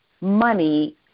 money